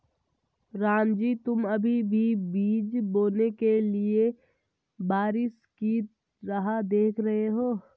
रामजी तुम अभी भी बीज बोने के लिए बारिश की राह देख रहे हो?